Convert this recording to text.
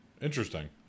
Interesting